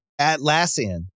Atlassian